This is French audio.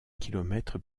kilomètre